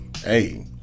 hey